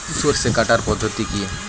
সরষে কাটার পদ্ধতি কি?